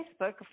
Facebook